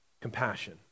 compassion